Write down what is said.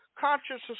consciousness